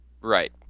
right